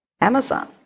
Amazon